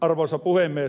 arvoisa puhemies